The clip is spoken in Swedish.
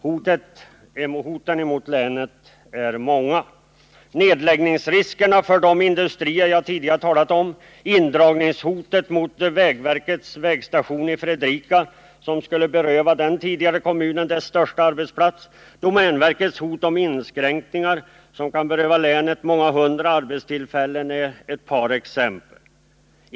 Hoten mot länet är många: riskerna för nedläggning av de industrier jag tidigare talat om, hot från vägverket om indragning av vägstationen i Fredrika, som skulle beröva den tidigare kommunen den största arbetsplatsen, och domänverkets hot om inskränkningar, som kan beröva länet många hundra arbetstillfällen, är några exempel.